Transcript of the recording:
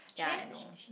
ya I know